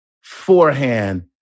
forehand